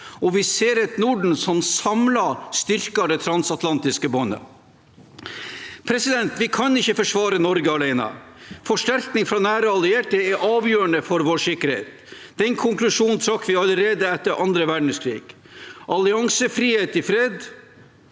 Vi ser et Norden som samlet styrker det transatlantiske båndet. Vi kan ikke forsvare Norge alene. Forsterkninger fra nære allierte er avgjørende for vår sikkerhet. Den konklusjonen trakk vi allerede etter annen verdenskrig. Alliansefrihet i fred